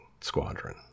squadron